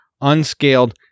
unscaled